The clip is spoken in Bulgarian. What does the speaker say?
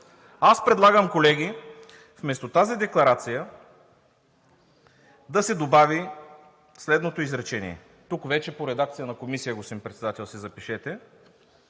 Аз предлагам, колеги, вместо тази декларация, да се добави следното изречение – тук вече по редакция на Комисията, господин Председател, запишете